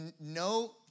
no